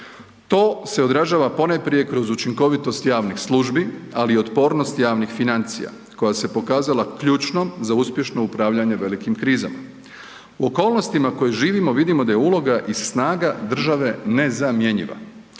To se odražava ponajprije kroz učinkovitost javnih službi, ali i otpornost javnih financija koja se pokazala ključnom za uspješno upravljanje velikim krizama. U okolnostima u kojima živimo vidimo da je uloga i snaga države nezamjenjiva.